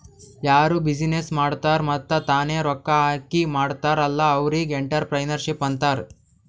ಯಾರು ಬಿಸಿನ್ನೆಸ್ ಮಾಡ್ತಾರ್ ಮತ್ತ ತಾನೇ ರೊಕ್ಕಾ ಹಾಕಿ ಮಾಡ್ತಾರ್ ಅಲ್ಲಾ ಅವ್ರಿಗ್ ಎಂಟ್ರರ್ಪ್ರಿನರ್ಶಿಪ್ ಅಂತಾರ್